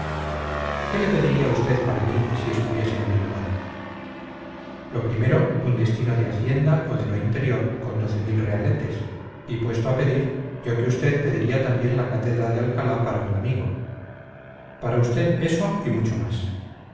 qué le pediría usted para mí si estuviese en mi lugar lo primero un destino de hacienda o de lo interior con doce mil realetes y puesto a pedir yo que usted pediría también la cátedra de alcalá para un amigo para usted eso y mucho más